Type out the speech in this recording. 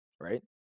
right